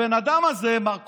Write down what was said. הבן אדם הזה, מר קולבר,